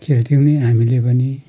खेल्थ्यौँ नै हामीले पनि